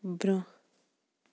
برٛونٛہہ